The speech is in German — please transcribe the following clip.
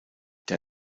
der